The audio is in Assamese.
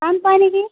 টান পায় নেকি